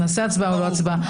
נעשה הצבעה או לא נעשה הצבעה,